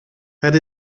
het